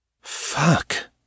Fuck